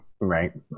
right